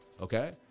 Okay